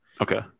Okay